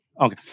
Okay